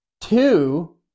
two